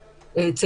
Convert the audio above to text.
חילונים,